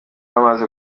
amaze